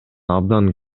абдан